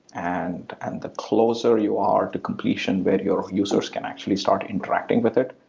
and and the closer you are to completion with your users can actually start interacting with it,